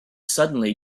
suddenly